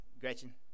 Gretchen